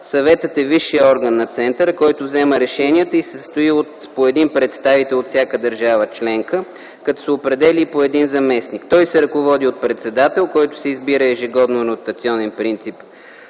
Съветът е висшият орган на Центърът, който взема решенията и се състои от по един представител от всяка държава членка, като се определя и по един заместник. Той се ръководи от председател, който се избира ежегодно на ротационен принцип